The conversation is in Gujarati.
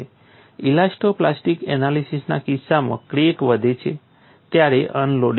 ઇલાસ્ટો પ્લાસ્ટિક એનાલિસીસના કિસ્સામાં ક્રેક વધે છે ત્યારે અનલોડિંગ થાય છે